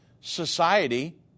society